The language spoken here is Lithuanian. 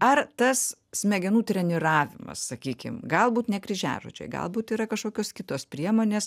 ar tas smegenų treniravimas sakykim galbūt ne kryžiažodžiai galbūt yra kažkokios kitos priemonės